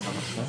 הוא בסדר